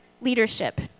leadership